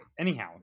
Anyhow